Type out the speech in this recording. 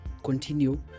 continue